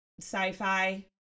sci-fi